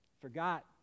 Forgot